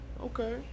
Okay